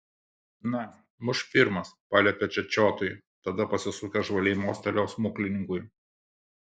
na mušk pirmas paliepė čečiotui tada pasisukęs žvaliai mostelėjo smuklininkui